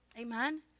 Amen